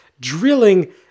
drilling